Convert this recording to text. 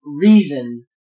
reason